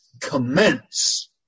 commence